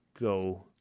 go